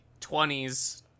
20s